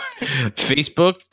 Facebook